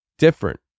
different